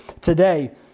today